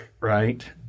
right